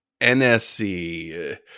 NSC